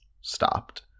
stopped